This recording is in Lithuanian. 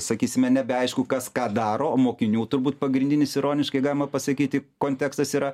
sakysime nebeaišku kas ką daro o mokinių turbūt pagrindinis ironiškai galima pasakyti kontekstas yra